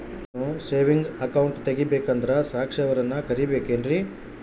ನಾನು saving account ತೆಗಿಬೇಕಂದರ ಸಾಕ್ಷಿಯವರನ್ನು ಕರಿಬೇಕಿನ್ರಿ?